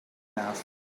enough